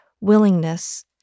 willingness